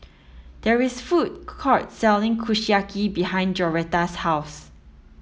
there is a food court selling Kushiyaki behind Joretta's house